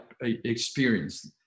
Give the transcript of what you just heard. experience